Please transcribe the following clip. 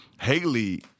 Haley